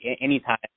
anytime